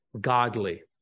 godly